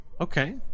Okay